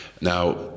Now